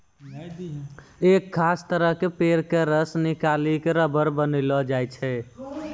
एक खास तरह के पेड़ के रस निकालिकॅ रबर बनैलो जाय छै